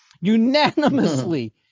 unanimously